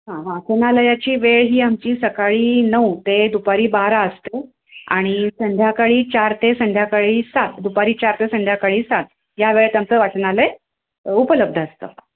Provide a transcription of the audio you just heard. हां वाचनालयाची वेळ ही आमची सकाळी नऊ ते दुपारी बारा असते आणि संध्याकाळी चार ते संध्याकाळी सात दुपारी चार ते संध्याकाळी सात या वेळेत आमचं वाचनालय उपलब्ध असतं